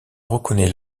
reconnaît